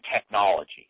technology